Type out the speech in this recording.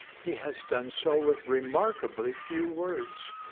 he has done so with remarkably few words.